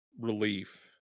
relief